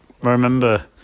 remember